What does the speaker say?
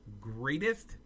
greatest